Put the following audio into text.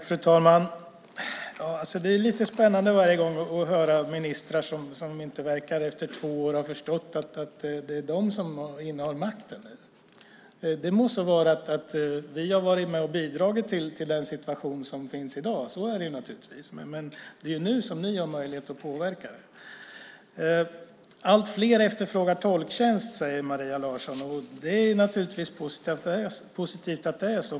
Fru talman! Det är lite spännande varje gång att höra ministrar som efter två år inte verkar ha förstått att det är de som innehar makten. Det må så vara att vi har varit med och bidragit till den situation som finns i dag; så är det naturligtvis. Men det är nu som ni har möjlighet att påverka. Allt fler efterfrågar tolktjänst, säger Maria Larsson. Det är positivt att det är så.